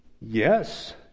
Yes